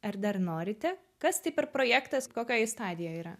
ar dar norite kas tai per projektas kokioj jis stadijoj yra